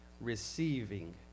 receiving